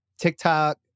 TikTok